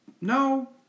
No